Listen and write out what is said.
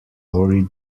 lorry